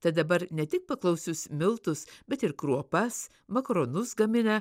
tad dabar ne tik paklausius miltus bet ir kruopas makaronus gamina